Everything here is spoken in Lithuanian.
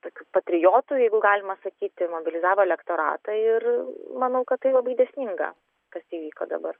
tokių patriotų jeigu galima sakyti mobilizavo elektoratą ir manau kad tai labai dėsninga kas įvyko dabar